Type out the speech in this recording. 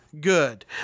good